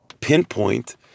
pinpoint